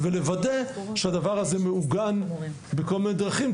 אנחנו צריכים לוודא שהדבר הזה מעוגן בכל מיני דרכים,